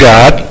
God